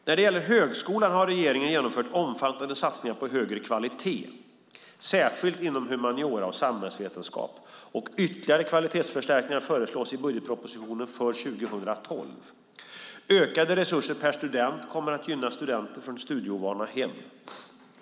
När det gäller högskolan har regeringen genomfört omfattande satsningar på högre kvalitet, särskilt inom humaniora och samhällsvetenskap, och ytterligare kvalitetsförstärkningar föreslås i budgetpropositionen för 2012. Ökade resurser per student kommer att gynna studenter från studieovana hem.